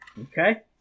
Okay